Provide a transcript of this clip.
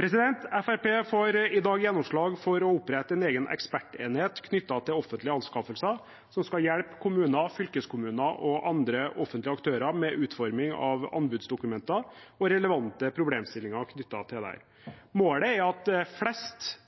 Fremskrittspartiet får i dag gjennomslag for å opprette en egen ekspertenhet knyttet til offentlige anskaffelser som skal hjelpe kommuner, fylkeskommuner og andre offentlige aktører med utforming av anbudsdokumenter og relevante problemstillinger knyttet til dette. Målet er at flest